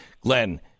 glenn